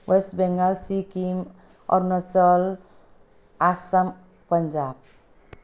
West Bengal Sikkim Arunachal Assam Punjab